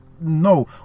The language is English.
no